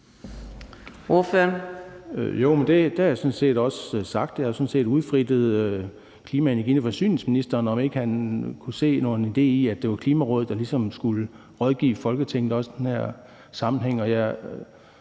Rasmussen (EL): Det har jeg sådan set også sagt. Jeg har jo udfrittet klima-, energi- og forsyningsministeren om, om ikke han kunne se nogen idé i, at det var Klimarådet, der skulle rådgive Folketinget også i den her sammenhæng.